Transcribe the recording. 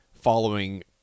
following